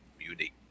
unique